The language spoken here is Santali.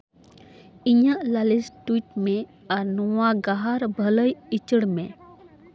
ᱤᱧᱟᱹᱜ ᱞᱟᱹᱞᱤᱥ ᱴᱩᱭᱤᱴ ᱢᱮ ᱟᱨ ᱱᱚᱣᱟ ᱜᱟᱦᱟᱨ ᱵᱷᱟᱹᱞᱟᱹᱭ ᱩᱪᱟᱹᱲ ᱢᱮ